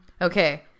Okay